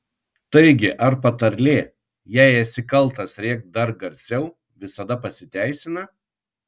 taigi ar patarlė jei esi kaltas rėk dar garsiau visada pasiteisina